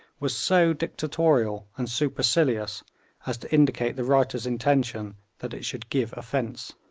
was so dictatorial and supercilious as to indicate the writer's intention that it should give offence.